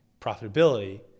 profitability